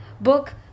book